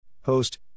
Host